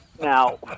Now